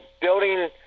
building